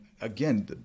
again